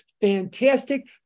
fantastic